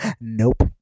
nope